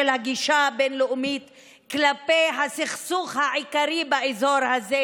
הגישה הבין-לאומית כלפי הסכסוך העיקרי באזור הזה: